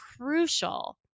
crucial